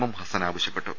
M Hassan ആവശ്യപ്പെട്ടു